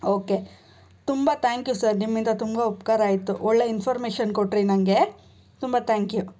okay ತುಂಬ thank you sir ನಿಮ್ಮಿಂದ ತುಂಬ ಉಪಕಾರ ಆಯಿತು ಒಳ್ಳೆಯ ಇನ್ಫಾರ್ಮೇಷನ್ ಕೊಟ್ಟಿರಿ ನನಗೆ ತುಂಬ ಥ್ಯಾಂಕ್ ಯು